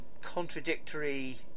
contradictory